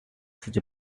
such